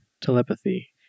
telepathy